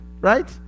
right